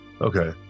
Okay